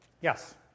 yes